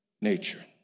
nature